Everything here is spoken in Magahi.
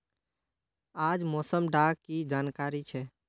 आज मौसम डा की जानकारी छै?